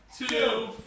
Two